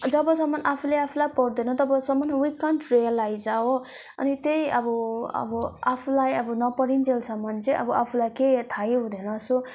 जबसम्म आफूले आफूलाई पर्दैन तबसम्म वी कान्ट फिल रियलाइज हो अनि त्यही अब अब आफूलाई अब नपरुन्जेलसम्म अब आफूलाई केही थाहै हुँदैन सो